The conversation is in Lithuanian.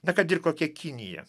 na kad ir kokia kinija